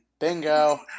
Bingo